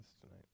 tonight